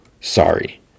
sorry